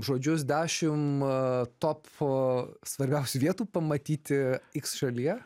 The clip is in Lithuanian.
žodžius dešim top f svarbiausių vietų pamatyti iks šalyje